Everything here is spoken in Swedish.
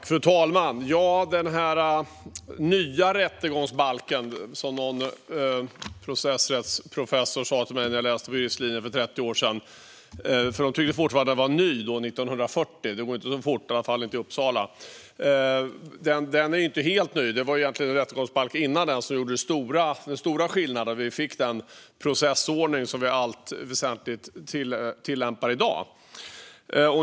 Fru talman! När jag gick juristlinjen för 30 år sedan hade jag en professor i processrätt som talade om den "nya" rättegångsbalken. De tyckte fortfarande att den var ny då, även om den var från 1940-talet. Det går inte så fort, åtminstone inte i Uppsala. Men det fanns också en rättegångsbalk innan dess som innebar den stora skillnaden. Det var då vi fick den processordning som vi i allt väsentligt tillämpar i dag.